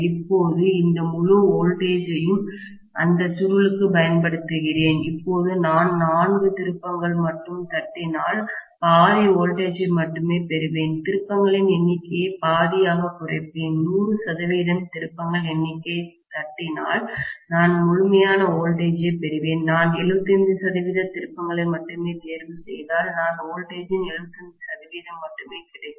இப்போது இந்த முழு வோல்ட்டேஜெயும் அந்த சுருளுக்குப் பயன்படுத்துகிறேன் இப்போது நான் 4 திருப்பங்கள் மட்டும் தட்டினால் பாதி வோல்டேஜ் ஐ மட்டுமே பெறுவேன் திருப்பங்களின் எண்ணிக்கையை பாதியாகக் குறைப்பேன் 100 சதவீதம் திருப்பங்கள் எண்ணிக்கை ஐத் தட்டினால் நான் முழுமையான வோல்டேஜ் ஐப் பெறுவேன் நான் 75 சதவீத திருப்பங்களை மட்டுமே தேர்வுசெய்தால் நான் வோல்டேஜ் ஜின் 75 சதவீதம் மட்டுமே கிடைக்கும்